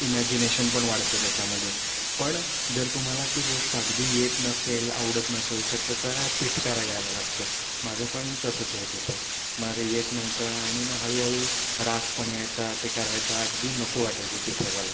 imagination पण वाढतं त्याच्यामध्ये पण जर तुम्हाला ती गोष्ट अगदी येत नसेल आवडत नसेल तर त्याचा तिटकारा यायला लागतो माझं पण तसंच होत होतं मला ते येत नव्हतं आणि मग हळूहळू राग पण यायचा ते करायचा अगदी नको वाटायचं चित्रकला